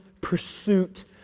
pursuit